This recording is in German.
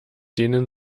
denen